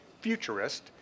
futurist